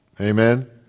Amen